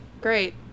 great